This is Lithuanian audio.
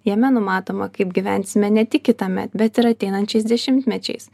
jame numatoma kaip gyvensime ne tik kitąmet bet ir ateinančiais dešimtmečiais